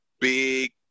Big